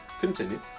Continue